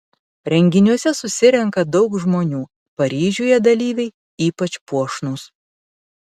renginiuose susirenka daug žmonių paryžiuje dalyviai ypač puošnūs